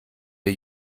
der